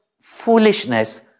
foolishness